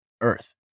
Earth